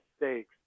mistakes